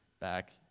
back